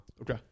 Okay